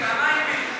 פעמיים p.